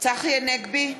צחי הנגבי,